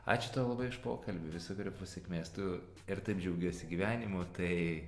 ačiū tau labai už pokalbį visokeriopos sėkmės tu ir taip džiaugiesi gyvenimu tai